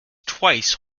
twice